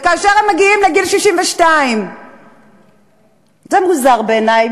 כאשר הם מגיעים לגיל 62. זה מוזר בעיני.